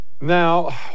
now